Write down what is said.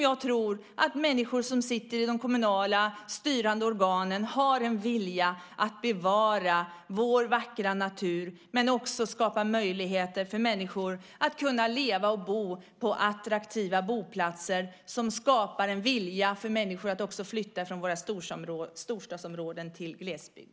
Jag tror att människor som sitter i de kommunala styrande organen har en vilja att bevara vår vackra natur men också att skapa möjligheter för människor att leva och bo på attraktiva boplatser som skapar en vilja för människor att också flytta från våra storstadsområden till glesbygd.